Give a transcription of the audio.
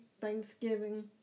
Thanksgiving